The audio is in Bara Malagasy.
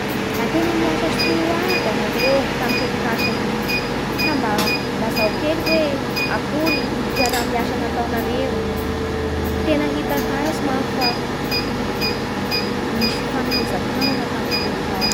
Da tena niasa soa iaby ianareo tamin'ny tetik'asa iny, ka mba lazao kely hoe akory ny fiaraha miasa nataonareo? Tena hita taritsy fa nisy fifanomezan-tanana taminareo tao